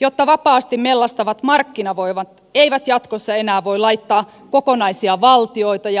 jotta vapaasti mellastavat markkinavoimat eivät jatkossa enää voi laittaa kokonaisia valtioita ja valtioryhmiä polvilleen